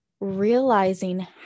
realizing